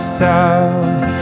south